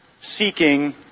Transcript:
seeking